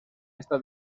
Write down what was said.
esta